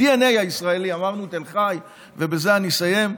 הדנ"א הישראלי, אמרנו תל חי, ובזה אני אסיים,